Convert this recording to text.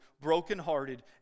brokenhearted